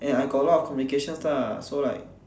and I got a lot of complications lah so like